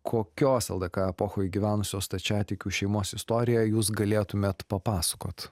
kokios ldk epochoj gyvenusios stačiatikių šeimos istoriją jūs galėtumėt papasakot